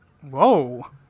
Whoa